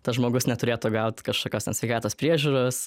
tas žmogus neturėtų gaut kašokios ten sveikatos priežiūros